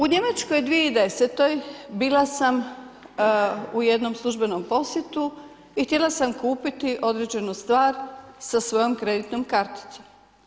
U Njemačkoj 2010. bila sam u jednom službenom posjetu i htjela sam kupiti određenu stvar sa svojom kreditnom karticom.